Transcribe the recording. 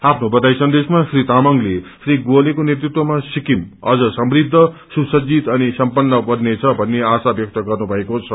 आफ्नो बयाई सन्देशमा श्री तामंगले श्री गोलेखो नेतृत्वमा सिक्किम अन्न समृद्ध सुसञ्जित अनि सम्जन बन्नेछ भन्ने आशा व्यक्त गर्नुभएको छ